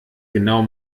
genau